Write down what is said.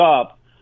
up